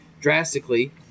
drastically